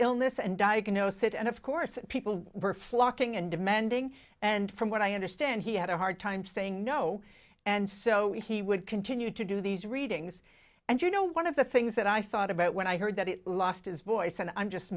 illness and diagnose it and of course people were flocking and demanding and from what i understand he had a hard time saying no and so he would continue to do these readings and you know one of the things that i thought about when i heard that it lost his voice and i'm just